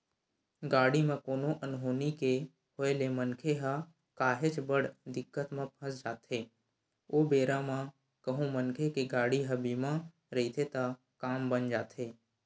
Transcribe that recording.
गाड़ी म कोनो अनहोनी के होय ले मनखे ह काहेच बड़ दिक्कत म फस जाथे ओ बेरा म कहूँ मनखे के गाड़ी ह बीमा रहिथे त काम बन जाथे